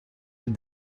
with